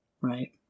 right